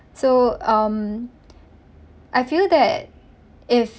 so um I feel that if